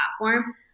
platform